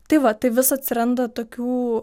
tai va tai vis atsiranda tokių